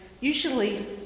usually